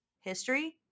History